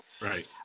Right